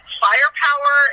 firepower